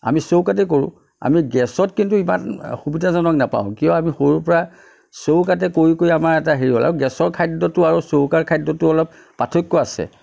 আমি চৌকাতে কৰোঁ আমি গেছত কিন্তু ইমান সুবিধাজনক নাপাওঁ কিয় আমি সৰুৰপৰা চৌকাতে কৰি কৰি আমাৰ এটা হেৰি হ'ল আৰু গেছৰ খাদ্যটো আৰু চৌকাৰ খদ্যটোৰ অলপ পাৰ্থক্য আছে